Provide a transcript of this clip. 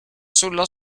sullo